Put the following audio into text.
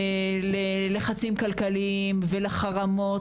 לחצים כלכליים וחרמות.